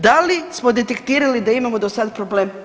Da li smo detektirali da imamo do sad problem?